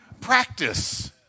practice